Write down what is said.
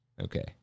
Okay